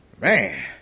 man